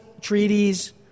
treaties